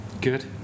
Good